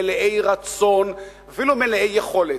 מלאי רצון ואפילו מלאי יכולת,